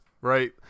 right